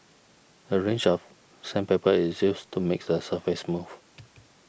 a range of sandpaper is used to make the surface smooth